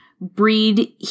breed